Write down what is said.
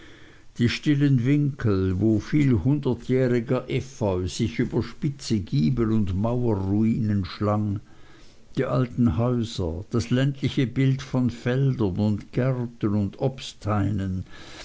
die stillen winkel wo vielhundertjähriger efeu sich über spitze giebel und mauerruinen schlang die alten häuser das ländliche bild von feldern und gärten und obsthainen